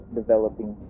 developing